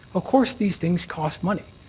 of course these things cost money.